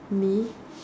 me